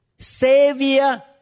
Savior